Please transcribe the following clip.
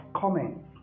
comments